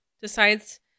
decides